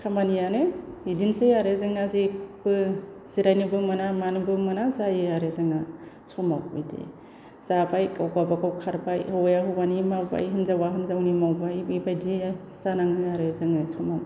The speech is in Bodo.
खामानियानो बिदिनोसै आरो जोंना जेबो जिरायनोबो मोना मानोबो मोना जयो आरो जोंना समाव बिदि जाबाय गावबागाव खारबाय हौवाया हौवानि मावबाय हिनजावा हिनजावनि मावबाय बेबादि जानांङो आरो जोंङो समाव